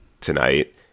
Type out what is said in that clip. tonight